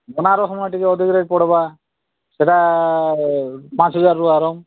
ବନାରସମା ଟିକିଏ ଅଧିକା ରେଟ୍ ପଡ଼ବା ସେଟା ପାଞ୍ଚ ହଜାରରୁ ଆରମ୍ଭ